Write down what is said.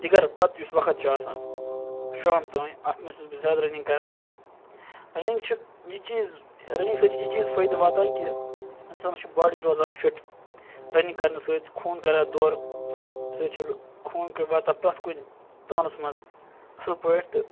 دِگر پَتہٕ یُس وقت چھُ آسان شام تانۍ اتھ مَنٛز چھُس بہٕ زیادٕ رَنِنٛگ کَران رَنِنٛگ چھِ یہِ چیٖز رَنِنٛگ سۭتۍ چھ یہِ چیٖز فٲیدٕ واتان کہِ اِنسانَس چھِ باڑی روزان فِٹ رَنِنٛگ کرنہٕ سۭتۍ خوٗن کَران دورٕ امہِ سۭتۍ چھُ خوٗن واتان پرٛٮ۪تھ کُنہِ تانَس مَنٛز اصل پٲٹھۍ تہٕ